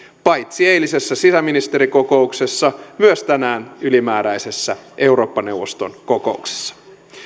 paitsi eilisessä sisäministerikokouksessa myös tänään ylimääräisessä eurooppa neuvoston kokouksessa